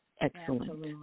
Excellent